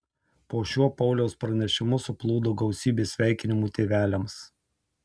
po šiuo pauliaus pranešimu suplūdo gausybė sveikinimų tėveliams